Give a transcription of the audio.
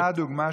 אתה הדוגמה,